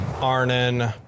Arnon